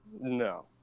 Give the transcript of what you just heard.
No